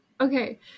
Okay